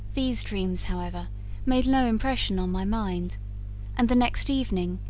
these dreams however made no impression on my mind and the next evening,